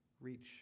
Reach